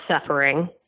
suffering